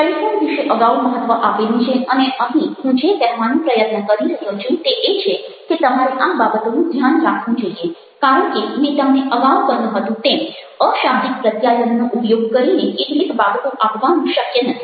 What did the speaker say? telephone વિશે અગાઉ મહત્ત્વ આપેલું છે અને અહીં હું જે કહેવાનો પ્રયત્ન કરી રહ્યો છું તે એ છે કે તમારે આ બાબતોનું ધ્યાન રાખવું જોઈએ કારણ કે મેં તમને અગાઉ કહ્યું હતું તેમ અશાબ્દિક પ્રત્યાયનનો ઉપયોગ કરીને કેટલીક બાબતો આપવાનું શક્ય નથી